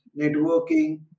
networking